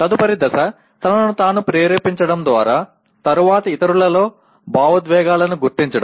తదుపరి దశ తనను తాను ప్రేరేపించడం మరియు తరువాత ఇతరులలో భావోద్వేగాలను గుర్తించడం